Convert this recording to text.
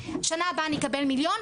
שנה הבאה אני אקבל מיליון,